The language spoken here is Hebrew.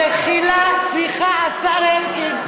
השר אלקין.